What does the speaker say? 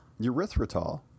Erythritol